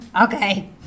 Okay